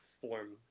form